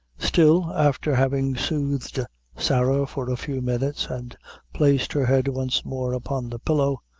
still, after having soothed sarah for a few minutes, and placed her head once more upon the pillow,